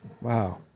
Wow